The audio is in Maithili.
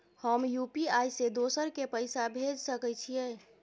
हम यु.पी.आई से दोसर के पैसा भेज सके छीयै?